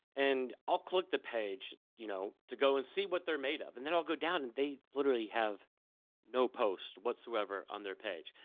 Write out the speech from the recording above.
and i'll click the page, you know, to go and see what they're made of. and then i'll go down and they literally have no posts whatsoever on their page.